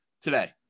today